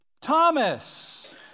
Thomas